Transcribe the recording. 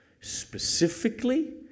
specifically